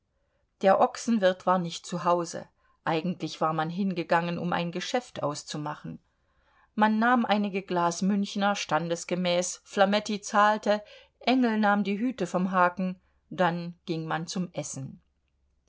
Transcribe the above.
der ochsenwirt war nicht zu hause eigentlich war man hingegangen um ein geschäft auszumachen man nahm einige glas münchner standesgemäß flametti zahlte engel nahm die hüte vom haken dann ging man zum essen